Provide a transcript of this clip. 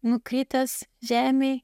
nukritęs žemėj